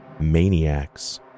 maniacs